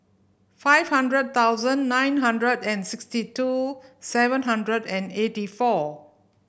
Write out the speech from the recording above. five hundred thousannd nine hundred and sixty two seven hundred and eighty four